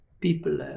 people